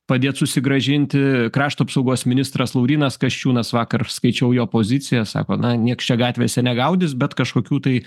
padėt susigrąžinti krašto apsaugos ministras laurynas kasčiūnas vakar aš skaičiau jo poziciją sako na nieks čia gatvėse negaudys bet kažkokių tai